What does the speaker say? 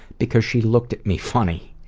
because she looked at me funny.